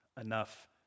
enough